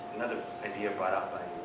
another idea brought out by